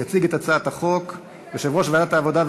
יציג את הצעת החוק יושב-ראש ועדת העבודה,